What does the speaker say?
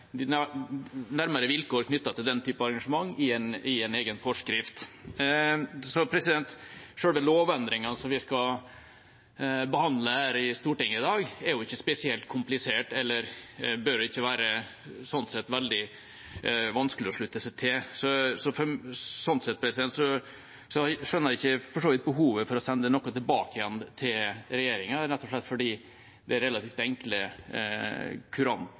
nærmere vilkår knyttet til den typen arrangement i en egen forskrift. Selve lovendringene som vi skal behandle her i Stortinget i dag, er ikke spesielt kompliserte og bør sånn sett ikke være veldig vanskelige å slutte seg til. Så jeg skjønner for så vidt ikke behovet for å sende noe tilbake til regjeringa, rett og slett fordi det er relativt enkle,